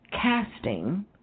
casting